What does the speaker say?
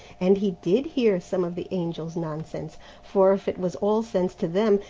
and he did hear some of the angels' nonsense for if it was all sense to them,